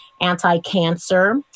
anti-cancer